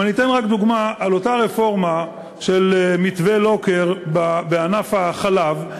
אני אתן רק דוגמה של אותה רפורמה של מתווה לוקר בענף החלב.